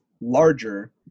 larger